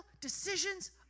decisions